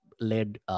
led